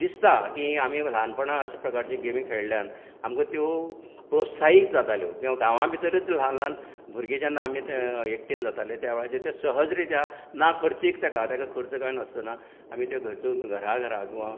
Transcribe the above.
दिसता की आमी ल्हानपणांत अशा प्रकारची गेमी खेळल्यान आमकां त्यो प्रोसाहित जाताल्यो किंवां गांवा भितरूच ल्हान ल्हान भुरगें जेन्ना आमी ते एकटेन जाताले त्या वेळाचेर ते सहजरित्या ना खर्चीक तेका खर्च कांय नासतना आमी त्यो घरतो घरा घराक किंवा